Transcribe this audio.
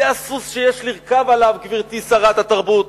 זה הסוס שיש לרכוב עליו, גברתי שרת התרבות: